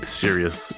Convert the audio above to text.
serious